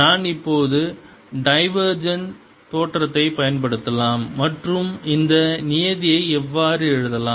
நான் இப்போது டைவர்ஜென்ட் தேற்றத்தைப் பயன்படுத்தலாம் மற்றும் இந்த நியதியை எவ்வாறு எழுதலாம்